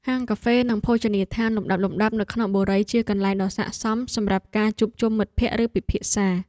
ហាងកាហ្វេនិងភោជនីយដ្ឋានលំដាប់ៗនៅក្នុងបុរីជាកន្លែងដ៏ស័ក្តិសមសម្រាប់ការជួបជុំមិត្តភក្តិឬពិភាក្សា។